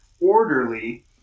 orderly